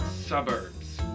suburbs